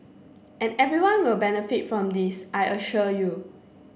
and everyone will benefit from this I assure you